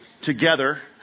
together